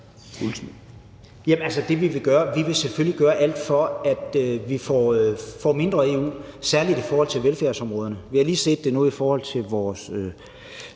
det vil vi gøre. Vi vil selvfølgelig gøre alt, for at vi får mindre EU, særlig i forhold til velfærdsområderne. Vi har lige set det i forhold til vores